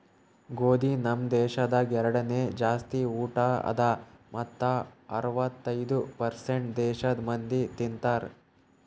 ಗೋದಿ ನಮ್ ದೇಶದಾಗ್ ಎರಡನೇ ಜಾಸ್ತಿ ಊಟ ಅದಾ ಮತ್ತ ಅರ್ವತ್ತೈದು ಪರ್ಸೇಂಟ್ ದೇಶದ್ ಮಂದಿ ತಿಂತಾರ್